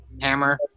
hammer